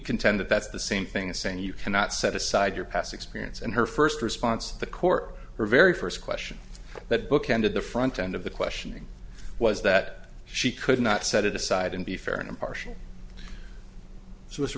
contend that that's the same thing as saying you cannot set aside your past experience and her first response to the court her very first question that bookended the front end of the questioning was that she could not set it aside and be fair and impartial s